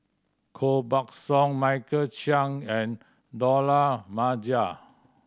Koh Buck Song Michael Chiang and Dollah Maja